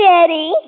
Daddy